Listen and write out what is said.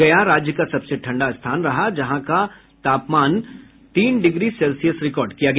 गया राज्य का सबसे ठंडा स्थान रहा जहा सबसे कम तापमान तीन डिग्री सेल्सियस रिकॉड किया गया